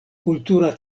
kultura